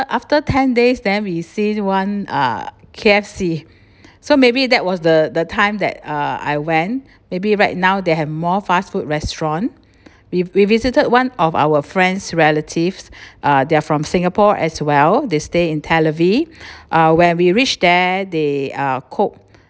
after ten days then we see one uh K_F_C so maybe that was the the time that uh I went maybe right now they have more fast food restaurant we've we visited one of our friend's relatives uh they are from singapore as well they stay in tel aviv uh when we reached there they uh cook